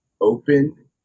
open